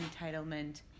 entitlement